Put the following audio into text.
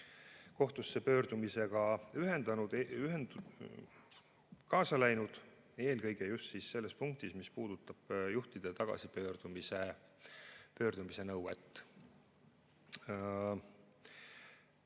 kohtusse pöördumisega kaasa läinud eelkõige just selles punktis, mis puudutab juhtide tagasipöördumise nõuet.